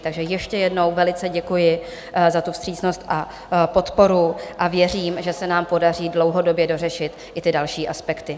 Takže ještě jednou velice děkuji za tu vstřícnost a podporu a věřím, že se nám podaří dlouhodobě dořešit i ty další aspekty.